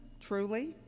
truly